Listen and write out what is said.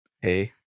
Hey